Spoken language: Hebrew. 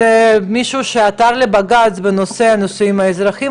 זה מישהו שעתר לבג"ץ בנושא הנישואים האזרחיים,